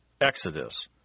Exodus